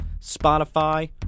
Spotify